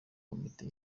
komite